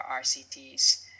RCTs